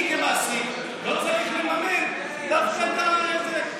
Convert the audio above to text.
אני כמעסיק לא צריך לממן דווקא את זה.